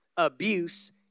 abuse